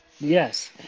Yes